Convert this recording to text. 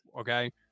okay